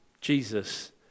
Jesus